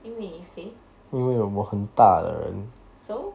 因为你肥 so